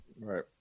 Right